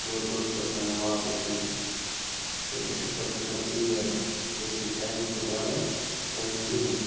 تورٕ تہٕ اوس پَتہٕ پٮ۪وان واپَس یُن کہِ اَسہِ اوس پَتہٕ گَژھان ژیر بیٚیہِ ٲسۍ نہٕ ٹایمَس پٮ۪ٹھ واتان کامہِ کِہیٖنۍ